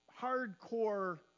hardcore